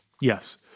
Yes